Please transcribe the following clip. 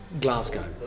Glasgow